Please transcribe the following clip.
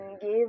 give